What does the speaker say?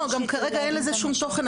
לא, גם כרגע אין לזה שום תוכן.